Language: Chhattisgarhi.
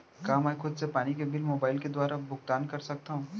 का मैं खुद से पानी के बिल मोबाईल के दुवारा भुगतान कर सकथव?